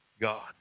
God